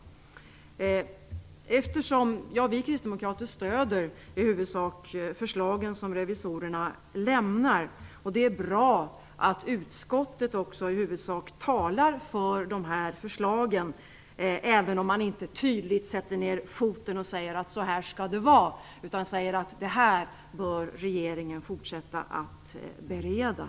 Vi kristdemokrater stöder i huvudsak de förslag som revisorerna lämnar. Det är bra att också utskottet i huvudsak talar för förslagen, även om man inte tydligt sätter ner foten och säger att så här skall det vara utan säger att regeringen bör fortsätta att bereda.